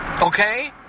Okay